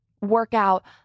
workout